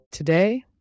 Today